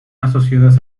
asociadas